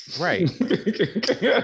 Right